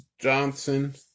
Johnson